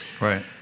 Right